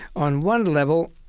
on one level,